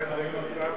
אדוני היושב-ראש,